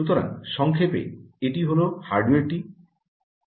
সুতরাং সংক্ষেপে এটি হল হার্ডওয়্যারটি